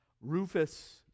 Rufus